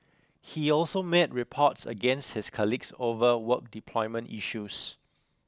he also made reports against his colleagues over work deployment issues